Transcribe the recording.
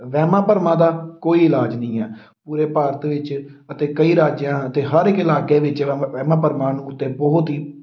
ਵਹਿਮਾਂ ਭਰਮਾਂ ਦਾ ਕੋਈ ਇਲਾਜ ਨਹੀਂ ਹੈ ਪੂਰੇ ਭਾਰਤ ਵਿੱਚ ਅਤੇ ਕਈ ਰਾਜਾਂ ਅਤੇ ਹਰ ਇੱਕ ਇਲਾਕੇ ਵਿੱਚ ਵਹਿਮਾਂ ਵਹਿਮਾਂ ਭਰਮਾਂ ਨੂੰ ਉੱਤੇ ਬਹੁਤ ਹੀ